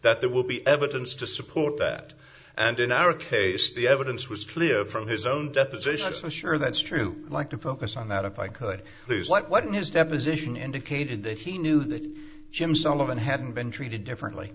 that there will be evidence to support that and in our case the evidence was clear from his own deposition i'm sure that's true like to focus on that if i could use what in his deposition indicated that he knew that jim sullivan hadn't been treated differently